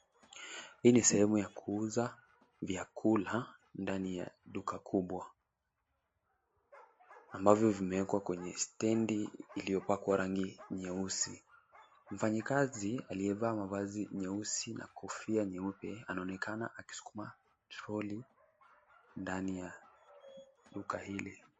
Hii ni sehemu ya kuuza vyakula ndani ya duka kubwa ambavyo vimewekwa kwenye stendi iliyopakwa rangi nyeusi. Mfanyakazi aliyevaa mavazi nyeusi na kofia nyeupe anaonekana akisukuma trolley ndani ya duka hili.